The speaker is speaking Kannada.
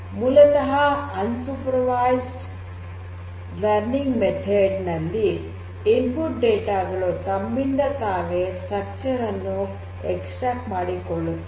ಮೂಲತಃ unsupervised learning method ನಲ್ಲಿ ಇನ್ಪುಟ್ ಡೇಟಾ ಗಳು ತಮ್ಮಿಂದ ತಾವೇ ಸ್ಟ್ರಕ್ಚರ್ ಅನ್ನು ಎಕ್ಸ್ಟ್ರಾಕ್ಟ್ ಮಾಡಿಕೊಳ್ಳುತ್ತವೆ